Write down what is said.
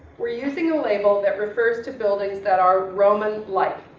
we're using a label that refers to buildings that are roman like.